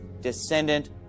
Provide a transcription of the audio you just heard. descendant